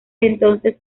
entonces